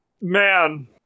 man